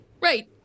Right